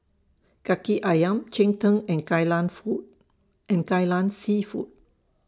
Kaki Ayam Cheng Tng and Kai Lan Food and Kai Lan Seafood